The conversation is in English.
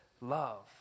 love